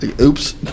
oops